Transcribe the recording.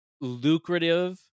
lucrative